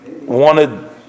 wanted